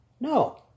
No